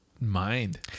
mind